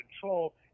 control